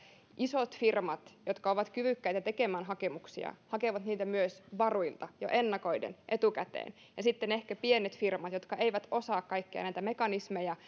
isot firmat jotka ovat kyvykkäitä tekemään hakemuksia hakevat niitä myös varuilta jo ennakoiden etukäteen ja sitten ehkä pienet firmat jotka eivät osaa kaikkia näitä mekanismeja